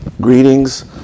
greetings